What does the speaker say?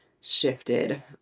shifted